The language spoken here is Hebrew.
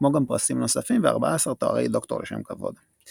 כמו גם פרסים נוספים ו-14 תוארי דוקטור לשם כבוד.